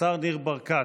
השר ניר ברקת.